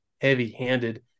heavy-handed